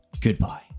goodbye